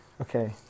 Okay